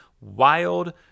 Wild